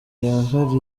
yihariye